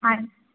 ಆಯ್ತ್